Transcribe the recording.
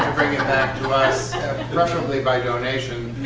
bring it back to us preferably by donation